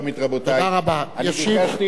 ביקשתי הצעה שמית.